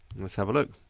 let's have a look.